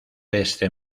este